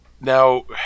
Now